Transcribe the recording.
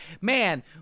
man